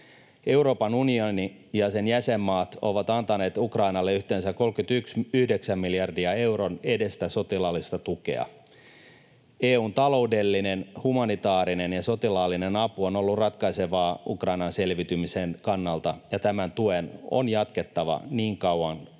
Euroopan unioni ja sen jäsenmaat ovat antaneet Ukrainalle yhteensä 39 miljardin euron edestä sotilaallista tukea. EU:n taloudellinen, humanitaarinen ja sotilaallinen apu on ollut ratkaisevaa Ukrainan selviytymisen kannalta, ja tämän tuen on jatkuttava niin kauan kuin